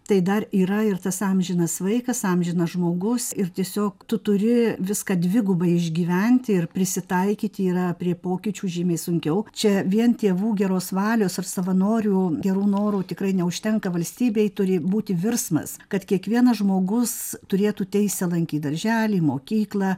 tai dar yra ir tas amžinas vaikas amžinas žmogus ir tiesiog tu turi viską dvigubai išgyventi ir prisitaikyti yra prie pokyčių žymiai sunkiau čia vien tėvų geros valios ar savanorių gerų norų tikrai neužtenka valstybėj turi būti virsmas kad kiekvienas žmogus turėtų teisę lankyt darželį mokyklą